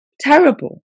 terrible